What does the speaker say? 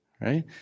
right